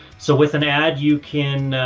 so with an ad you can, ah,